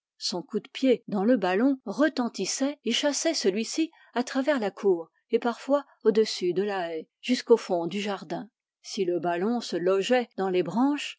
son coup de pied dans le ballon retentissait et chassait celui-ci à travers la cour et parfois au-dessus de la haie jusqu'au fond du jardin si le ballon se logeait dans les branches